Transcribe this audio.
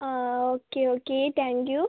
അ അതെ okay okay thank you